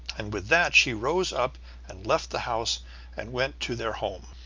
and with that she rose up and left the house and went to their home.